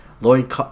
Lloyd